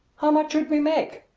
how much should we make?